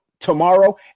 tomorrow